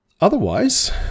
Otherwise